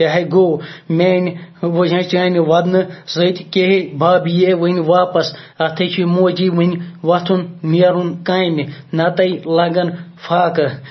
تہِ ہَے گوٚو میٛٲنۍ موجی چانہِ وَدنہٕ سۭتۍ کہِ ہے بَب ییہِ ہا وۄنۍ واپَس اَتھٕے چھِ موجی وۄنۍ وَتھُن نیرُن کامہِ نَتہٕ لَگَن فاکہٕ